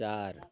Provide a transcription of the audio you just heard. चार